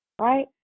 right